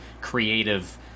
creative